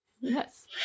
Yes